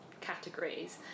categories